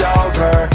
over